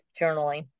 journaling